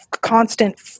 constant